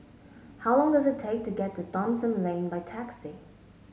how long does it take to get to Thomson Lane by taxi